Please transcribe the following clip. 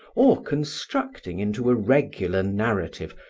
or constructing into a regular narrative,